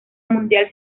mundial